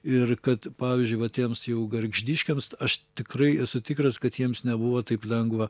ir kad pavyzdžiui va tiems jau gargždiškiams aš tikrai esu tikras kad jiems nebuvo taip lengva